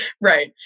Right